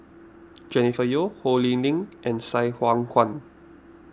Jennifer Yeo Ho Lee Ling and Sai Hua Kuan